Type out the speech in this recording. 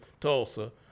Tulsa